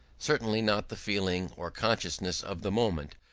certainly not the feeling or consciousness of the moment,